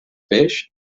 peix